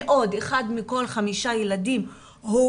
מאוד, אחד מכל חמישה ילדים הוא